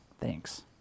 Thanks